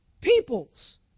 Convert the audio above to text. peoples